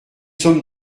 sommes